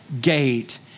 gate